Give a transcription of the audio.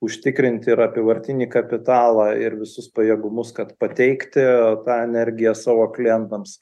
užtikrinti ir apyvartinį kapitalą ir visus pajėgumus kad pateikti tą energiją savo klientams